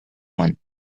one